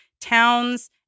towns